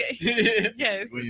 yes